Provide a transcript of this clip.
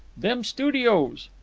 them studios.